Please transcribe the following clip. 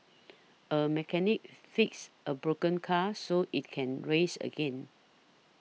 a mechanic fix a broken car so it can race again